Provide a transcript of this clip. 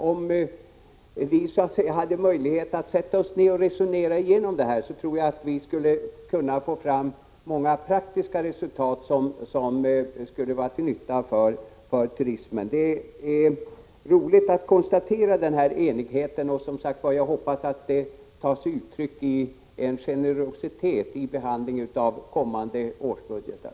Om vi hade möjlighet att sätta oss ner och resonera igenom detta, tror jag att vi skulle kunna få fram många praktiska resultat som skulle vara till nytta för turismen. Det är roligt att kunna konstatera denna enighet, och jag hoppas att den tar sig uttryck i en generositet vid behandlingen av kommande årsbudgetar.